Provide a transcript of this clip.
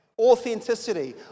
authenticity